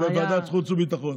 בוועדת חוץ וביטחון.